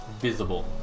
visible